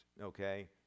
okay